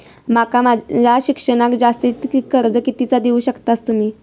माका माझा शिक्षणाक जास्ती कर्ज कितीचा देऊ शकतास तुम्ही?